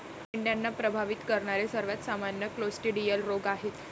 मेंढ्यांना प्रभावित करणारे सर्वात सामान्य क्लोस्ट्रिडियल रोग आहेत